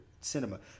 cinema